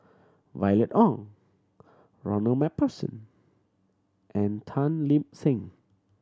Violet Oon Ronald Macpherson and Tan Lip Seng